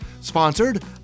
sponsored